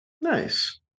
nice